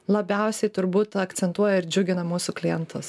labiausiai turbūt akcentuoja ir džiugina mūsų klientus